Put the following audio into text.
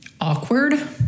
awkward